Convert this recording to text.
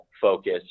focus